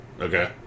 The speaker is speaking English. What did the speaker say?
okay